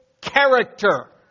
character